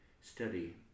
study